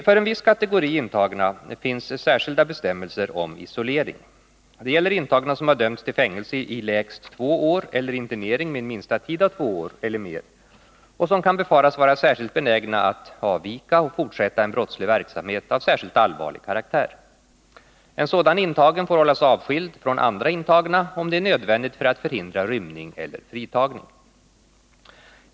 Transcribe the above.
För en viss kategori intagna finns särskilda bestämmelser om isolering. Det gäller intagna som har dömts till fängelse i lägst två år eller internering med en minsta tid av två år eller mer och som kan befaras vara särskilt benägna att avvika och fortsätta en brottslig verksamhet av särskilt allvarlig karaktär. En sådan intagen får hållas avskild från andra intagna om det är nödvändigt för att förhindra rymning eller fritagning.